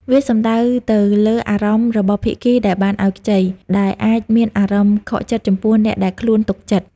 វាសំដៅទៅលើអារម្មណ៍របស់ភាគីដែលបានឲ្យខ្ចី ដែលអាចមានអារម្មណ៍ខកចិត្តចំពោះអ្នកដែលខ្លួនទុកចិត្ត។